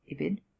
ibid